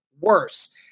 worse